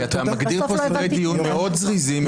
כי אתה מגדיר פה סדרי דיון מאוד זריזים,